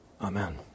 Amen